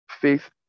faith